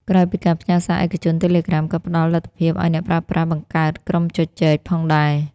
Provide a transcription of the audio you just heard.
ក្រៅពីការផ្ញើសារឯកជន Telegram ក៏ផ្តល់លទ្ធភាពឲ្យអ្នកប្រើប្រាស់ បង្កើតក្រុមជជែក ផងដែរ។